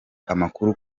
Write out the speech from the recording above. amakuru